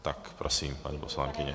Tak prosím, paní poslankyně.